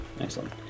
Excellent